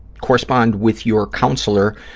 correspond with your counselor